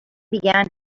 began